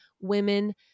women